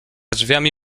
drzwiami